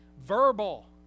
verbal